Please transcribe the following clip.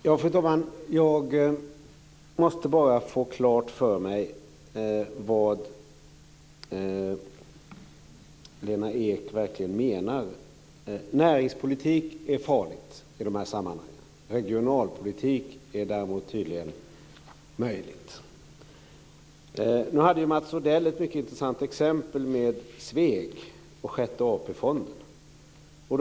Fru talman! Jag måste bara få klart för mig vad Lena Ek verkligen menar. Hon säger att näringspolitik är farligt i de här sammanhangen, men regionalpolitik är tydligen möjlig. Mats Odell hade ett mycket intressant exempel med Sveg och Sjätte AP-fonden.